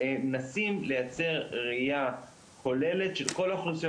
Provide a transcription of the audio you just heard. מנסים לייצר ראיה כוללת של כל האוכלוסיות